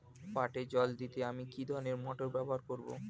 পাটে জল দিতে আমি কি ধরনের মোটর ব্যবহার করব?